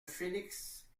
phénix